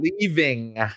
leaving